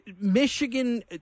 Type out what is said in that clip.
Michigan